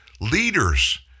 leaders